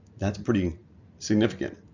that's pretty significant.